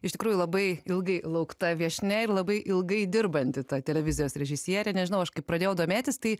iš tikrųjų labai ilgai laukta viešnia ir labai ilgai dirbanti televizijos režisierė nežinau aš kai pradėjau domėtis tai